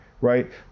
Right